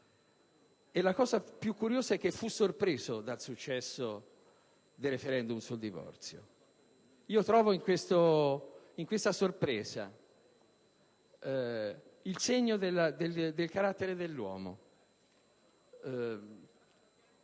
e la cosa più curiosa è che fu sorpreso dal successo del *referendum*. Trovo in questa sorpresa il segno del carattere dell'uomo